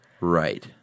Right